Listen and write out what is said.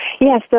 Yes